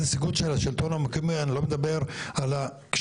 ביקשתי מהייעוץ המשפטי לבחון משפטית אם יש סמכות